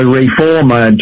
reformer